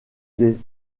des